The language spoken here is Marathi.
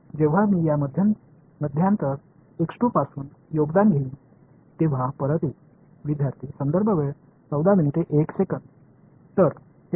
जेव्हा मी या मध्यांतर पासून योगदान घेईन तेव्हा परत येईल